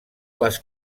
les